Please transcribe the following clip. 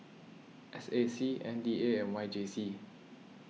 S A C M D A and Y J C